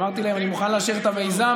אמרתי להם: אני מוכן לאשר את המיזם,